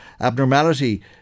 abnormality